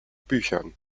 büchern